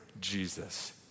Jesus